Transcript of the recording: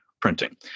printing